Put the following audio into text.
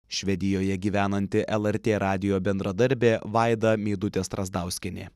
švedijoje gyvenanti lrt radijo bendradarbė vaida meidutė strazdauskienė